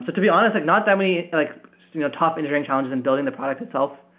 to to be honest, like not that many like you know tough interesting challenges in building the product itself.